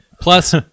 Plus